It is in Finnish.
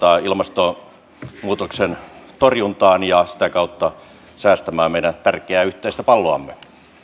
ilmastonmuutoksen torjuntaan ja sitä kautta säästämään meidän tärkeää yhteistä palloamme